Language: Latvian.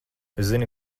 zini